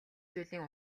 зүйлийн